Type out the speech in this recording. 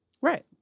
Right